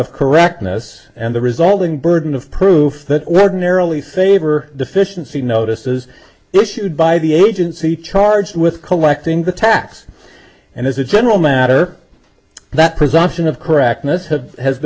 of correctness and the resulting burden of proof that ordinarily favor deficiency notices issued by the agency charged with collecting the tax and as a general matter that presumption of correctness has has